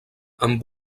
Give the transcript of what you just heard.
amb